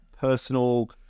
personal